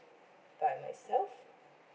by myself